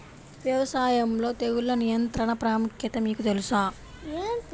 వ్యవసాయంలో తెగుళ్ల నియంత్రణ ప్రాముఖ్యత మీకు తెలుసా?